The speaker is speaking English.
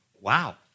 Wow